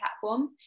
platform